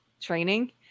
training